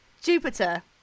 Jupiter